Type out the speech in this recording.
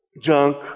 junk